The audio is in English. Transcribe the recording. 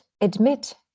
admit